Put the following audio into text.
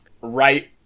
right